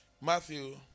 Matthew